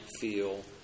feel